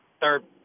third